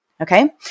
Okay